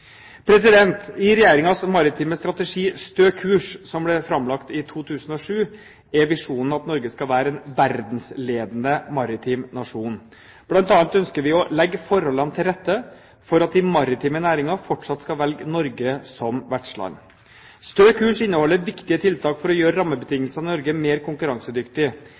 I Regjeringens maritime strategi «Stø kurs» som ble fremlagt i 2007, er visjonen at Norge skal være en verdensledende maritim nasjon. Blant annet ønsker vi å legge forholdende til rette for at de maritime næringene fortsatt skal velge Norge som vertsland. «Stø kurs» innholder viktige tiltak for å gjøre rammebetingelsene i Norge mer